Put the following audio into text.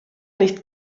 nicht